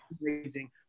raising